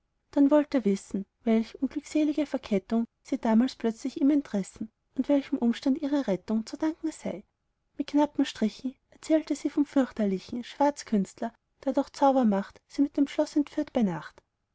dann wollt er wissen welch unglückselige verkettung sie damals plötzlich ihm entrissen und welchem umstand ihre rettung zu danken sei mit knappen strichen erzählte sie vom fürchterlichen schwarzkünstler der durch zaubermacht sie mit dem schloß entführt bei nacht